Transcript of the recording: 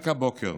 רק הבוקר